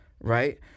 right